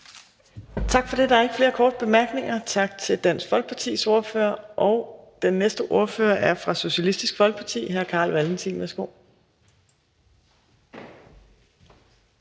Tak for det. Der er ikke flere korte bemærkninger. Tak til Dansk Folkepartis ordfører. Den næste ordfører er fra Socialistisk Folkeparti, og det er hr. Carl Valentin.